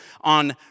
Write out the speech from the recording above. on